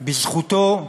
בזכותו,